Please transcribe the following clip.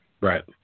Right